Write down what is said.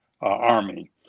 Army